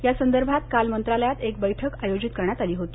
या संदर्भात काल मंत्रालयात एक बैठक आयोजित करण्यात आली होती